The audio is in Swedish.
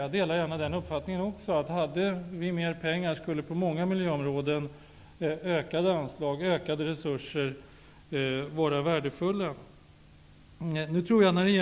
Jag delar gärna också uppfattningen att om mer pengar fanns skulle ökade anslag och resurser till många miljöområden vara värdefulla.